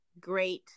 great